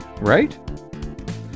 right